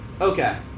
Okay